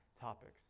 topics